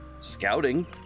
Scouting